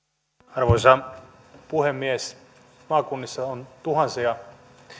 arvoisa puhemies maakunnissa on tuhansia